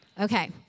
Okay